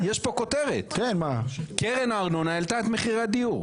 יש פה כותרת: קרן הארנונה העלתה את מחירי הדיור.